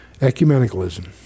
Ecumenicalism